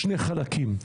שני חלקים.